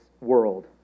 world